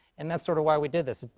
and that's sort of why we did this.